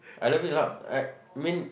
I love it a lot I mean